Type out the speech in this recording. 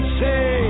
say